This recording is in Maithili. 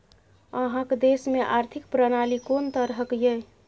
अहाँक देश मे आर्थिक प्रणाली कोन तरहक यै?